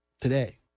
today